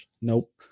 Nope